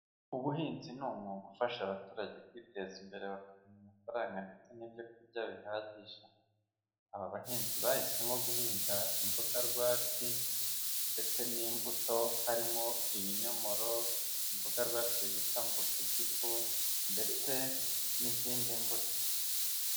Ubuhinzi ni umwuga ufasha abaturage kwiteza imbere bakabona amafaranga ndetse n'ibyo kurya bihagije, aba bahinzi bahisemo guhinga imboga rwatsi ndetse n'imbuto harimo, ibinyomoro, imboga rwatsi bitambuga igifu ndetse n'izindi mbuto.